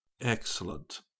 Excellent